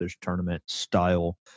tournament-style